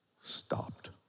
stopped